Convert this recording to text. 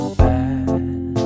bad